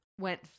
went